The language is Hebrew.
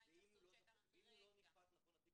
מה ההתייחסות שהיתה --- ואם התיק הזה נשפט לא נכון,